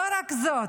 לא רק זאת,